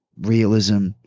realism